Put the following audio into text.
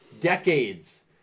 decades